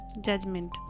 judgment